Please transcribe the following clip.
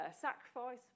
sacrifice